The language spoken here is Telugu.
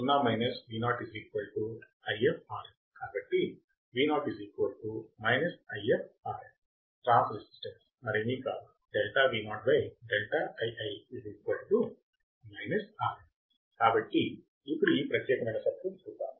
కాబట్టి కాబట్టి ట్రాన్స్ రెసిస్టెన్స్ మరేమీ కాదు కాబట్టి ఇప్పుడు ఈ ప్రత్యేకమైన సర్క్యూట్ చూద్దాం